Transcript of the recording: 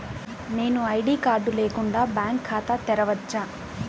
నేను ID card లేకుండా bank ఖాతా తెరవచ్చా?